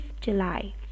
July